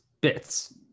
bits